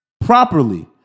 properly